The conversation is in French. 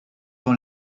dans